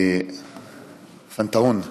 פנתהון,